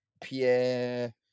Pierre